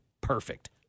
perfect